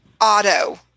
Auto